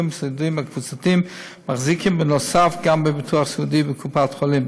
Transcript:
הסיעודיים הקבוצתיים מחזיקים בנוסף גם בביטוח סיעודי בקופת החולים.